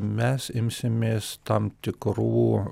mes imsimės tam tikrų